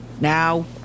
Now